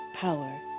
power